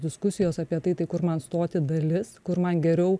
diskusijos apie tai tai kur man stoti dalis kur man geriau